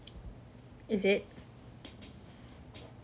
is it